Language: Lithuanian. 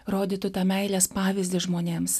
rodytų tą meilės pavyzdį žmonėms